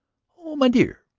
oh, my dear!